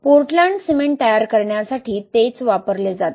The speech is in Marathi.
पोर्टलँड सिमेंट तयार करण्यासाठी तेच वापरले जाते